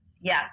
yes